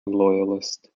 loyalist